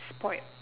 spoiled